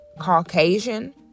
caucasian